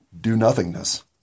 do-nothingness